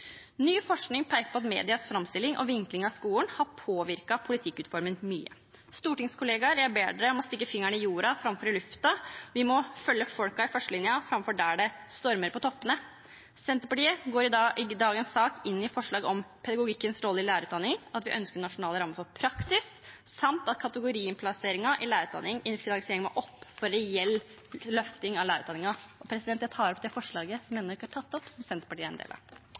Ny forskning peker på at medienes framstilling og vinkling av skolen har påvirket politikkutformingen mye. Jeg ber mine stortingskollegaer stikke fingeren i jorda framfor i lufta. Vi må følge folkene i førstelinjen, framfor der det stormer på toppene. Senterpartiet går i dagens sak inn i forslag om pedagogikkens rolle i lærerutdanningen, at vi ønsker nasjonale rammer for praksis, samt at når det gjelder kategoriinnplasseringen av lærerutdanningen, må finansieringen opp for en reell løfting av lærerutdanningen. Jeg tar opp det forslaget som ennå ikke er tatt opp som Senterpartiet er en del av.